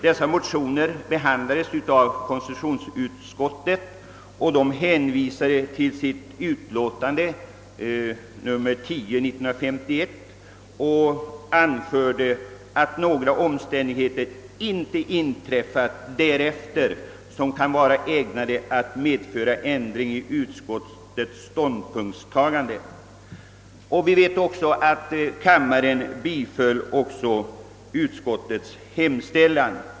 Dessa motioner behandlades av konstitutionsutskottet, som hänvisade till sitt utlåtande nr 10 år 1951 och anförde, att »några omständigheter inte inträffat därefter som kan vara ägnade att medföra ändring i utskottets ståndpunktstagande». Kamrarna biföll utskottets hemställan.